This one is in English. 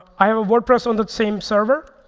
i have a wordpress on that same server,